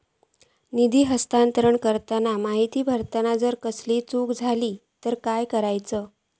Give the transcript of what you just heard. निधी हस्तांतरण करताना माहिती भरताना जर कसलीय चूक जाली तर काय करूचा?